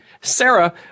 Sarah